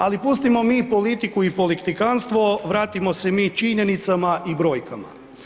Ali pustimo mi politiku i politikantstvo vratimo se mi činjenicama i brojkama.